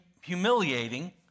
humiliating